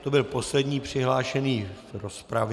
To byl poslední přihlášený v rozpravě.